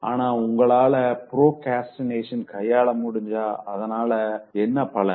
ஆனா உங்களால பிராக்ரஸ்டினேஷன கையால முடிஞ்சா அதனால என்ன பலன்